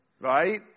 right